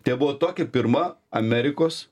tai buvo tokia pirma amerikos